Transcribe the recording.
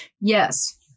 yes